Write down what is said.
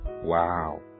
wow